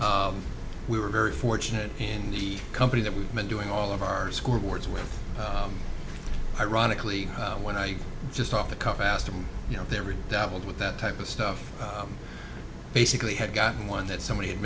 we were very fortunate and the company that we've been doing all of our school boards with ironically when i just off the cuff asked him you know there are dabbled with that type of stuff basically had gotten one that somebody